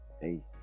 Hey